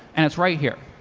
and it's right here.